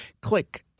Click